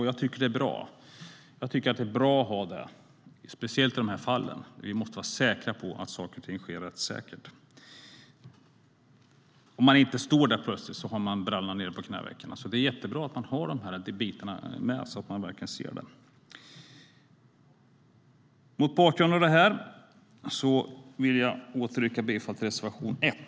Jag tycker att det är bra att ha både livrem och hängslen, speciellt i de här fallen. Vi måste vara säkra på att saker och ting sker rättssäkert så att vi inte plötsligt står där med byxorna neddragna. Därför är det jättebra att dessa delar finns med. Mot bakgrund av det sagda vill jag återigen yrka bifall till reservation 1.